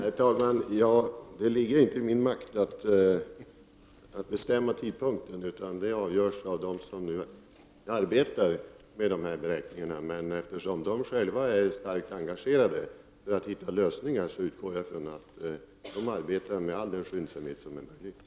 Herr talman! Det ligger inte i min makt att bestämma tidpunkten. Det avgörs av dem som nu arbetar med dessa beräkningar. Eftersom de själva är starkt engagerade för att hitta lösningar, utgår jag från att de arbetar med all den skyndsamhet som är möjlig.